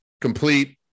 Complete